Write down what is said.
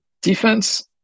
Defense